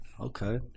Okay